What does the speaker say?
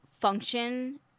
function